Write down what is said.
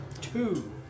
Two